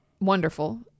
wonderful